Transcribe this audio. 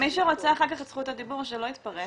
מי שרוצה אחר כך את זכות הדיבור שלא יתפרץ